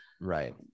Right